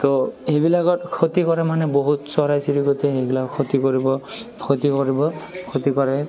তো সেইবিলাকত ক্ষতি কৰা মানে বহুত চৰাই চিৰিকটি সেইবিলাক ক্ষতি কৰিব ক্ষতি কৰিব ক্ষতি কৰে